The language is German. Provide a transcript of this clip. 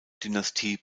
dynastie